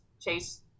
chase